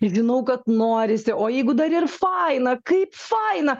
žinau kad norisi o jeigu dar ir faina kaip faina